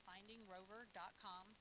FindingRover.com